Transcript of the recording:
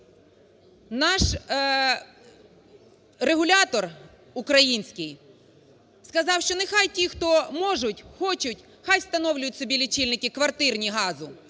Наш регулятор український сказав, що нехай ті, хто можуть, хочуть, хай встановлюють собі лічильники квартирні газу.